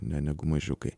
ne negu mažiukai